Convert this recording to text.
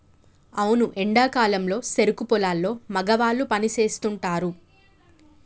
అవును ఎండా కాలంలో సెరుకు పొలాల్లో మగవాళ్ళు పని సేస్తుంటారు